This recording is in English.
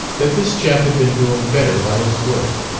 that this chap had been doing better by his work.